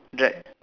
right